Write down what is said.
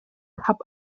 cup